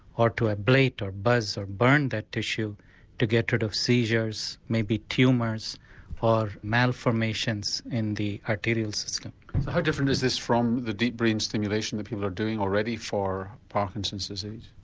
or to ablate, or buzz or burn that tissue to get rid of seizures, maybe tumours or malformations in the arterial system. so how different is this from the deep brain stimulation that people are doing already for parkinson's disease?